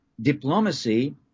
diplomacy